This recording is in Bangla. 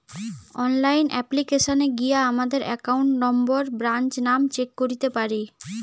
অনলাইন অ্যাপ্লিকেশানে গিয়া আমাদের একাউন্ট নম্বর, ব্রাঞ্চ নাম চেক করতে পারি